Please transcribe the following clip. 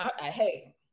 hey